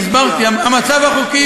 לספח את האזרחים,